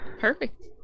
Perfect